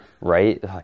Right